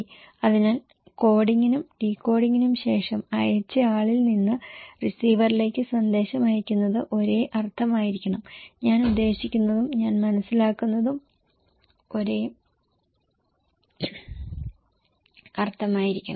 അതിനാൽ കോഡിംഗിനും ഡീകോഡിംഗിനും ശേഷം അയച്ചയാളിൽ നിന്ന് റിസീവറിലേക്ക് സന്ദേശം അയയ്ക്കുന്നത് ഒരേ അർത്ഥമായിരിക്കണം ഞാൻ ഉദ്ദേശിക്കുന്നതും ഞാൻ മനസ്സിലാക്കുന്നതും ഒരേ അർത്ഥമായിരിക്കണം